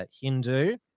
Hindu